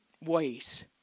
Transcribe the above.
ways